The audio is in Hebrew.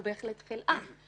הוא בהחלט החלאה,